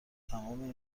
تمام